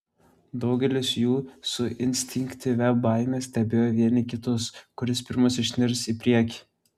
daugelis jų su instinktyvia baime stebėjo vieni kitus kuris pirmas išnirs į priekį